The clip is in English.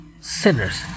sinners